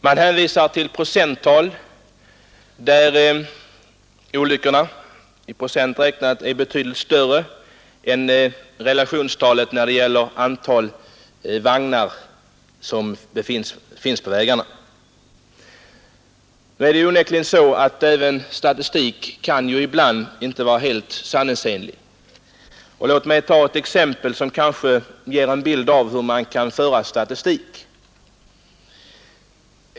Man hänvisar till procenttal, där olyckorna i procent räknat är betydligt större än relationstalet när det gäller antal vagnar på vägarna. Nu är det onekligen så att statistik ibland inte är helt sanningsenlig. Låt mig ta ett exempel, som kanske ger en bild av hur man kan föra statistik.